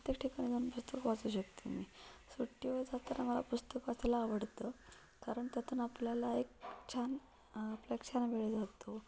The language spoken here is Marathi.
प्रत्येक ठिकाणी जाऊन पुस्तक वाचू शकते मी सुट्टीवर जाताना मला पुस्तक वाचायला आवडतं कारण त्यातून आपल्याला एक छान प्रेक्षना मिळून जातो